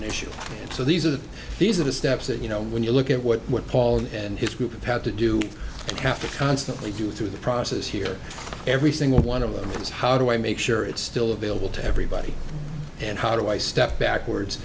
an issue so these are these are the steps that you know when you look at what paul and his group had to do you have to constantly do through the process here every single one of them is how do i make sure it's still available to everybody and how do i step backwards